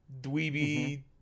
dweeby